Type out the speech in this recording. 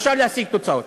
אפשר להשיג תוצאות.